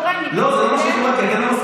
אבל זה מה שקורה.